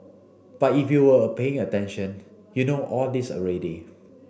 but if you were paying attention you know all this already